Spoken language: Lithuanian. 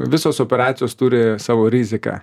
visos operacijos turi savo riziką